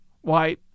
Why